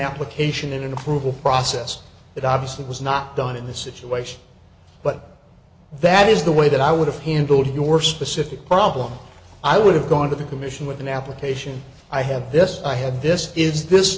application and approval process that obviously was not done in this situation but that is the way that i would have handled your specific problem i would have gone to the commission with an application i have this i have this is this